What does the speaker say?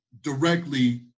directly